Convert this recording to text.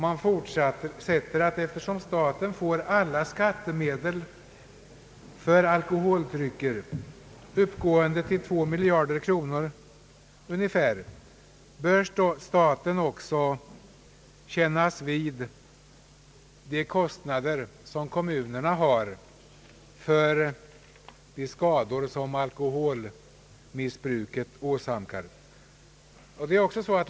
Man fortsätter med att eftersom staten får alla skattemedel för alkoholdrycker, uppgående till ungefär två miljarder kronor per år, bör staten också stå för de kostnader som kommunerna har för de skador som =: alkoholmissbruket åsamkar.